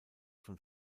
von